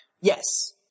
Yes